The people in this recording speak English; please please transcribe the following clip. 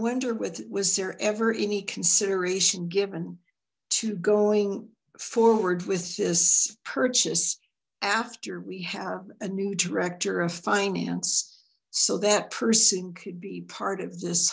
wonder what was there ever any consideration given to going forward with this purchase after we have a new director of finance so that person could be part of this